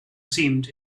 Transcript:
seemed